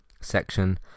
section